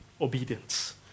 obedience